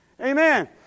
Amen